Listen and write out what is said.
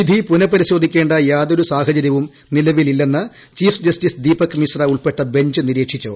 വിധി പുനപരിശോധിക്കേണ്ട യാതൊരു സാഹചര്യവും നിലവിലില്ലെന്ന് ചീഫ് ജസ്റ്റിസ് ദീപക് മിശ്ര ഉൾപ്പെട്ട ബെഞ്ച് നിരീക്ഷിച്ചു